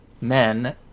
men